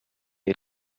had